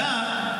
בדק,